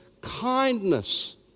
kindness